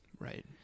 right